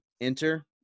enter